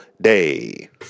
day